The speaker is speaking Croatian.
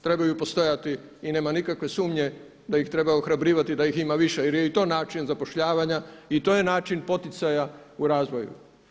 Trebaju postojati i nema nikakve sumnje da ih treba ohrabrivati da ih ima više jer je i to način zapošljavanja i to je način poticaja u razvoju.